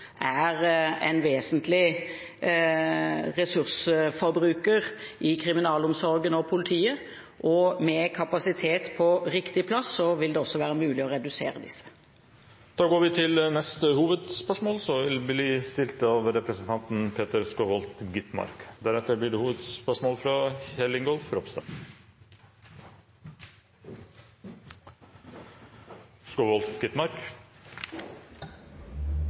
er en vesentlig ressursforbruker i kriminalomsorgen og i politiet. Med kapasitet på riktig plass vil det også være mulig å redusere dette forbruket. Da går vi til neste hovedspørsmål. Jeg har et spørsmål til utviklingsministeren. Høyres utviklingspolitikk har to overordnede mål: varig ut av